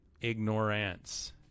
ignorance